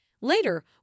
Later